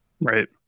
right